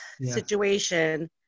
situation